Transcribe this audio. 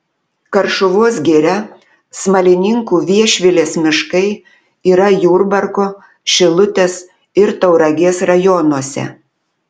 karšuvos giria smalininkų viešvilės miškai yra jurbarko šilutės ir tauragės rajonuose